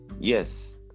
Yes